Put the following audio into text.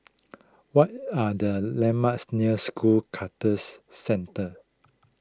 what are the landmarks near School Clusters Centre